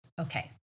Okay